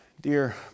Dear